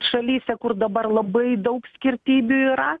šalyse kur dabar labai daug skirtybių yra